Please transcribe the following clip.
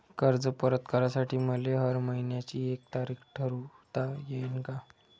कर्ज परत करासाठी मले हर मइन्याची एक तारीख ठरुता येईन का?